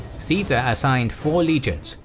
caesar assigned four legions,